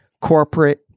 corporate